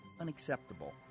unacceptable